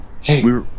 Hey